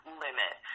limit